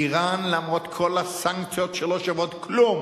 אירן, למרות כל הסנקציות שלא שוות כלום